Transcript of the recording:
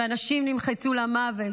ואנשים נמחצו למוות.